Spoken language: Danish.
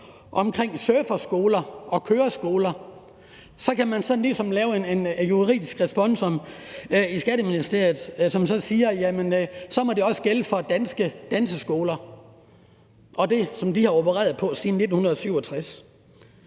omkring surferskoler og køreskoler, kan man ligesom lave et juridisk responsum i Skatteministeriet, hvor man siger, at så må det også gælde for danske danseskoler og det, de har opereret efter siden 1967.